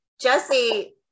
Jesse